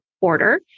order